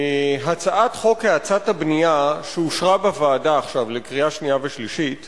הצעת חוק האצת הבנייה שאושרה בוועדה עכשיו לקריאה שנייה ושלישית